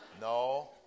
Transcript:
no